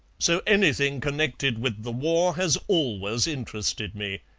so anything connected with the war has always interested me.